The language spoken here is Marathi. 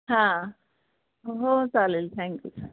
हां हो चालेल थँक्यू